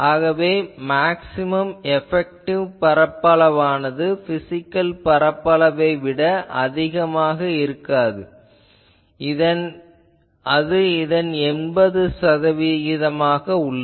ஆகவே maximum effective பரப்பளவானது physical பரப்பளவை விட அதிகமாக இருக்காது அது இதன் 80 சதவிகிதமாக உள்ளது